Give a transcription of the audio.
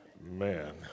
Man